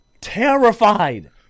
Terrified